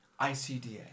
ICDA